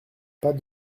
pas